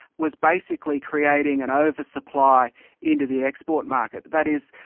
was basically creating an oversupply into the export market. that is,